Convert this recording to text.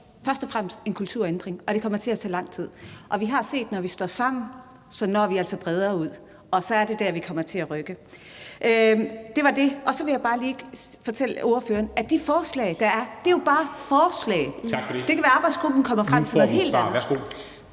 først og fremmest kræver en kulturændring, og det kommer til at tage lang tid. Vi har set, at når vi står sammen, når vi altså bredere ud, og så er det der, vi kommer til at rykke. Det var det. Så vil jeg bare lige fortælle ordføreren, at de forslag, der er, jo bare er forslag. (Formanden (Henrik Dam Kristensen): Tak for det!) Det kan være, arbejdsgruppen kommer frem til noget helt andet.